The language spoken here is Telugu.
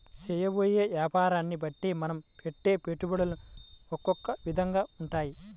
చేయబోయే యాపారాన్ని బట్టే మనం పెట్టే పెట్టుబడులు ఒకొక్క విధంగా ఉంటాయి